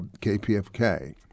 KPFK